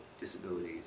Disabilities